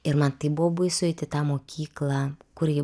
ir man tai buvo baisu eiti į tą mokyklą kur ji